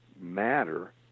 matter